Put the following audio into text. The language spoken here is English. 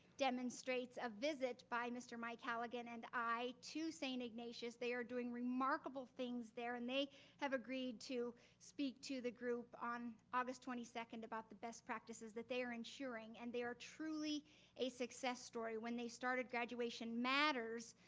demonstrates a visit by mr. mike halligan and i, to st. ignatius. they are doing remarkable things there and they have agreed to speak to the group on august twenty second about the best practices that they are ensuring and they are truly a success story when they started graduation matters,